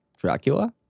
dracula